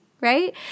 right